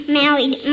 married